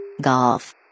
Golf